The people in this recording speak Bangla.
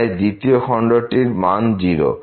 তাই দ্বিতীয় খন্ড টির মান 0